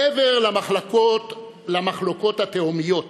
מעבר למחלוקות התהומיות